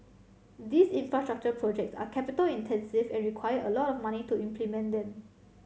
these infrastructure projects are capital intensive and require a lot of money to implement them